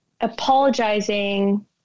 apologizing